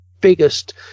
biggest